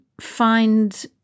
find